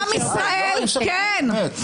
טוב, יאללה, בסדר.